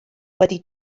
wedi